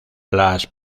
las